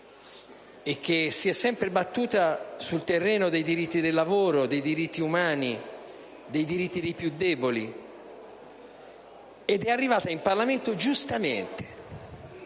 e che si è sempre battuta sul terreno dei diritti del lavoro, dei diritti umani, dei diritti dei più deboli. Ed è arrivata in Parlamento giustamente,